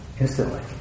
Instantly